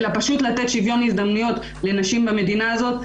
אלא פשוט לתת שוויון הזדמנויות לנשים במדינה הזאת.